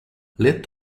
let